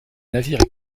navires